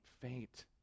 faint